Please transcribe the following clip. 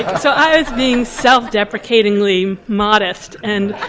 so i was being self-deprecatingly modest. and